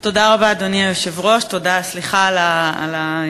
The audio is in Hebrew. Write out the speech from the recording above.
תודה רבה, אדוני היושב-ראש, סליחה על הבלבול.